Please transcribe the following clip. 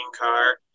car